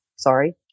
sorry